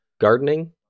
gardening